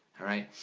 alright.